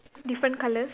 different colours